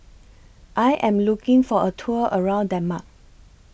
I Am looking For A Tour around Denmark